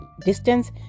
distance